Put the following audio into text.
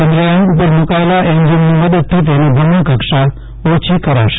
ચંદ્રયાન ઉપ મુકાયેલા એન્જીનની મદદથી તેની ભ્રમણકક્ષા ઓછી કરાશે